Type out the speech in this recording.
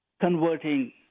converting